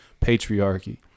patriarchy